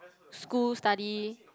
school study